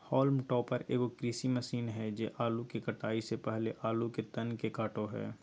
haulm topper एगो कृषि machine हइ जे आलू के कटाई से पहले आलू के तन के काटो हइ